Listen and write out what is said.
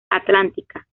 atlántica